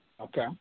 Okay